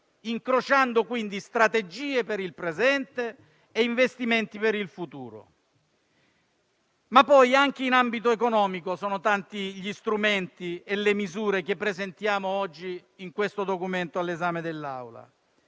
incrociando quindi strategie per il presente e investimenti per il futuro. Anche in ambito economico sono tanti gli strumenti e le misure che presentiamo oggi nel documento all'esame dell'Assemblea: